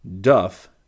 Duff